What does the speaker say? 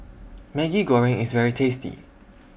Maggi Goreng IS very tasty